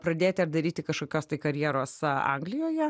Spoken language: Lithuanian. pradėti ar daryti kažkokios tai karjeros anglijoje